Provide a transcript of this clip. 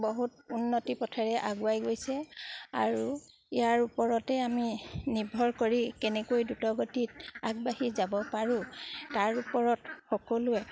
বহুত উন্নতি পথেৰে আগুৱাই গৈছে আৰু ইয়াৰ ওপৰতে আমি নিৰ্ভৰ কৰি কেনেকৈ দ্ৰুতগতিত আগবাঢ়ি যাব পাৰোঁ তাৰ ওপৰত সকলোৱে